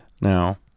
Now